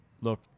look